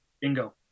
bingo